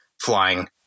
flying